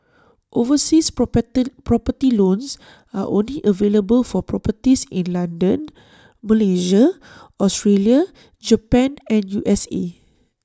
overseas property loans are only available for properties in London Malaysia Australia Japan and U S A